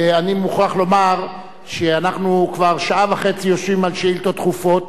אני מוכרח לומר שאנחנו כבר שעה וחצי יושבים על שאילתות דחופות.